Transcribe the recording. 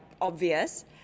obvious